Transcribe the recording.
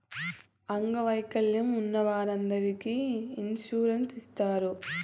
అంగవైకల్యం ఉన్న వారందరికీ ఇన్సూరెన్స్ ఇత్తారు